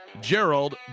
Gerald